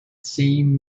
seeing